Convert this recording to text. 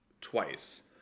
twice